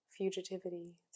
fugitivity